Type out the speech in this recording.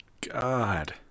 god